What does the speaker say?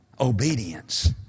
Obedience